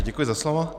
Děkuji za slovo.